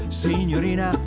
signorina